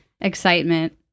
excitement